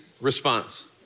response